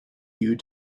you